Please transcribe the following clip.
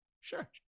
Sure